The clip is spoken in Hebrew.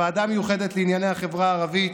בוועדה המיוחדת לענייני החברה הערבית: